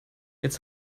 jetzt